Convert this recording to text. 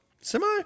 Semi